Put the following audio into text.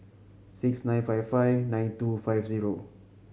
six nine five five nine two five zero